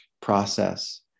process